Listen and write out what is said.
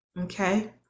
Okay